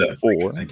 four